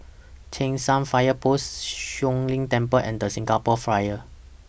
Cheng San Fire Post Siong Lim Temple and The Singapore Flyer